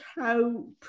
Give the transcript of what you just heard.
hope